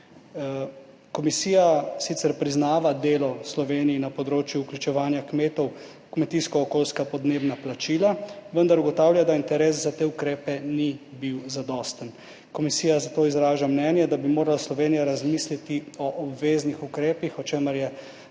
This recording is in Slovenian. Komisija sicer priznava delo Slovenije na področju vključevanja kmetov v kmetijsko-okoljska podnebna plačila, vendar ugotavlja, da interes za te ukrepe ni bil zadosten. Komisija zato izraža mnenje, da bi morala Slovenija razmisliti o obveznih ukrepih, o čemer je